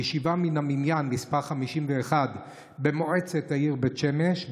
בישיבה מן המניין מס' 51 במועצת העיר בית שמש,